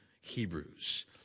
Hebrews